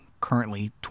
currently